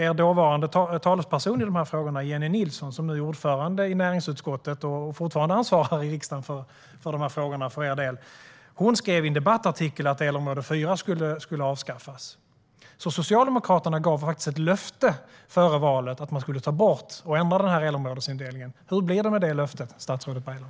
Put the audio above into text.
Er dåvarande talesperson i de här frågorna, Jennie Nilsson, som nu är ordförande i näringsutskottet och fortfarande ansvarar för de här frågorna i riksdagen för er del, skrev i en debattartikel att elområde 4 skulle avskaffas. Socialdemokraterna gav före valet ett löfte om att ändra elområdesindelningen. Hur blir det med det löftet, statsrådet Baylan?